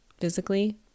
physically